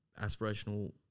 aspirational